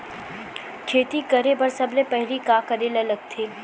खेती करे बर सबले पहिली का करे ला लगथे?